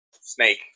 snake